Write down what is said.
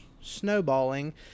snowballing